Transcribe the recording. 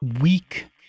weak